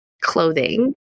clothing